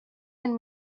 and